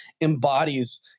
embodies